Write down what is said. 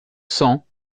cents